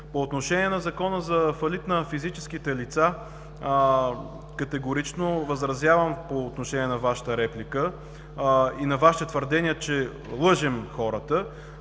Относно Закона за фалит на физическите лица, категорично възразявам по отношение на Вашата реплика и твърдения, че лъжем хората.